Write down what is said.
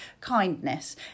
kindness